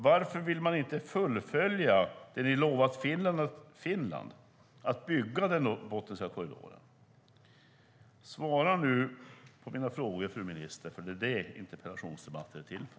Varför vill man inte fullfölja det man har lovat Finland, nämligen att bygga Botniska korridoren? Svara nu på mina frågor, fru minister. Det är vad interpellationsdebatter är till för.